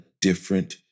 different